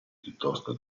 piuttosto